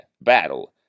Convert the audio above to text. battle